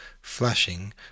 flashing